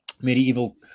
medieval